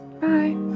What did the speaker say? Bye